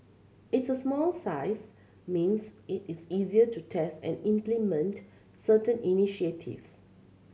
its a small size means it is easier to test and implement certain initiatives